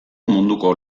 munduko